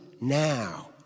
now